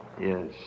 Yes